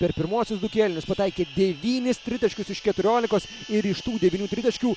per pirmuosius du kėlinius pataikė devynis tritaškius iš keturiolikos ir iš tų devynių tritaškių